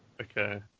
Okay